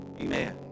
Amen